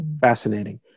Fascinating